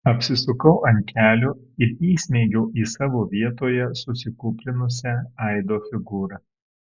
apsisukau ant kelių ir įsmeigiau į savo vietoje susikūprinusią aido figūrą